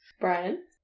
Brian